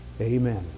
amen